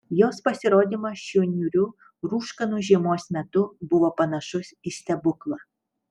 jos pasirodymas šiuo niūriu rūškanu žiemos metu buvo panašus į stebuklą